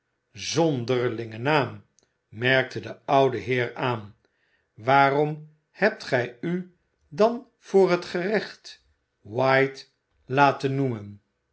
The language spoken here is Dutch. zonderlinge naam merkte de oude heer aan waarom hebt gij u dan voor het gerecht white laten noemen